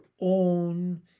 own